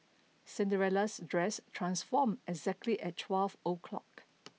Cinderella's dress transformed exactly at twelve o'clock